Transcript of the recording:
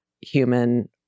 human